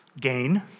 gain